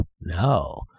No